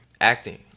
Acting